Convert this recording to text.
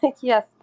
Yes